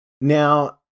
Now